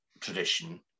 tradition